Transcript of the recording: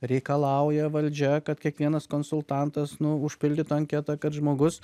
reikalauja valdžia kad kiekvienas konsultantas nu užpildytų anketą kad žmogus